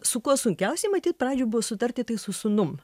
su kuo sunkiausiai matyt pradžioj buvo sutarti tai su sūnum